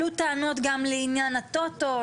עלו טענות גם לעניין הטוטו,